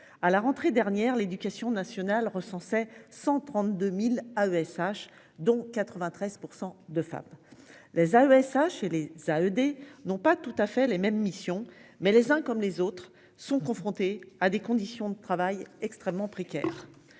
à la rentrée dernière. L'éducation nationale recensait 132.000 AESH dont 93% de femmes. Les AESH et les à ED non pas tout à fait les mêmes missions mais les uns comme les autres sont confrontés à des conditions de travail extrêmement précaires